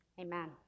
Amen